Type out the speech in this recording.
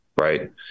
right